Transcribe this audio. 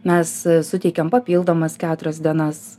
mes e suteikiam papildomas keturias dienas